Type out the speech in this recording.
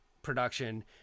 Production